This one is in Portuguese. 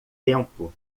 tempo